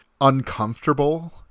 uncomfortable